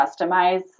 customize